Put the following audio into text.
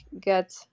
get